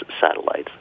satellites